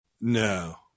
No